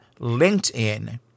LinkedIn